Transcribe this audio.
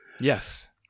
Yes